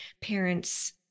parents